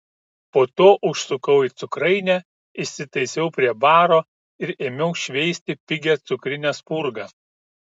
po to užsukau į cukrainę įsitaisiau prie baro ir ėmiau šveisti pigią cukrinę spurgą